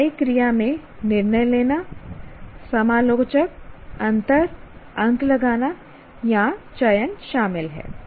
कार्रवाई क्रिया में निर्णय लेना समालोचक अंतरअंक लगाना या चयन शामिल हैं